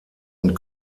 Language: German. und